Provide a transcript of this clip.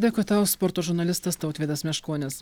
dėkui tau sporto žurnalistas tautvydas meškonis